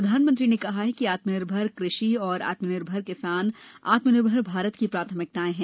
प्रधानमंत्री ने कहा कि आत्मनिर्भर कृषि और आत्मनिर्भर किसान आत्मनिर्भर भारत की प्राथमिकताएं हैं